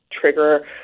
trigger